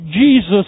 Jesus